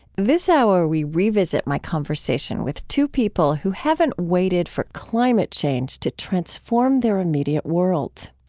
this hour, we revisit my conversation with two people who haven't waited for climate change to transform their immediate worlds.